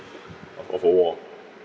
of of a war